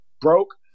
broke